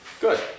Good